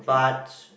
but